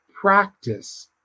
practice